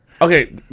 Okay